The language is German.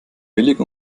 billig